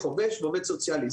חובש ועובד סוציאלי,